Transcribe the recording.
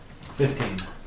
fifteen